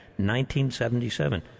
1977